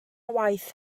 waith